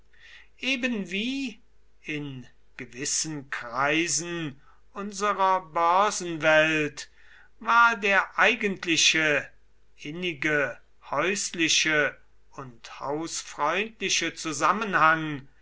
ebenwie in gewissen kreisen unserer börsenwelt war der eigentliche innige häusliche und hausfreundliche zusammenhang